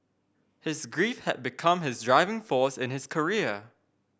his grief had become his driving force in his career